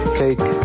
fake